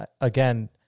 again